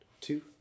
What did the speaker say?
two